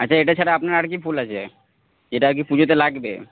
আচ্ছা এটা ছাড়া আপনার আর কী ফুল আছে যেটা আর কি পুজোতে লাগবে